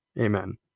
Amen